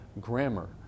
grammar